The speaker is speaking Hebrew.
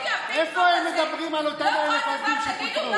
איפה הם מדברים על אותם 1,000 עובדים שפוטרו?